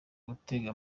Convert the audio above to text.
gutega